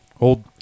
old